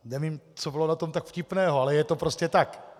Nevím, co bylo na tom tak vtipného, ale je to prostě tak.